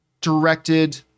directed